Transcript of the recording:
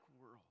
world